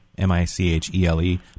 M-I-C-H-E-L-E